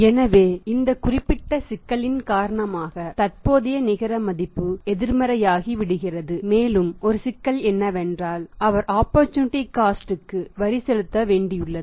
எனவே இந்த குறிப்பிட்ட சிக்கலின் காரணமாக தற்போதைய நிகர மதிப்பு எதிர்மறையாகி விடுகிறது மேலும் ஒரு சிக்கல் என்னவென்றால் அவர் ஆப்பர்சூனிட்டி காஸ்ட் க்கு வரி செலுத்த வேண்டியுள்ளது